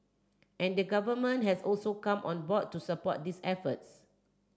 and the Government has also come on board to support these efforts